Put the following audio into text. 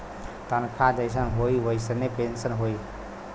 तनखा जइसन होई वइसने पेन्सन होई